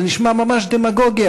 זה נשמע ממש דמגוגיה,